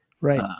Right